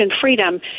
freedom